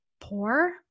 poor